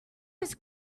his